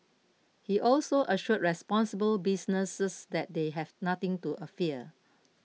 he also assured responsible businesses that they had nothing to fear